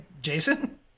jason